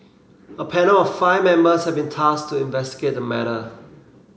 a panel of five members has been tasked to investigate the matter